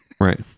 right